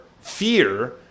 fear